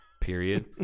Period